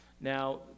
Now